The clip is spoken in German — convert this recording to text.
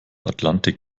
atlantik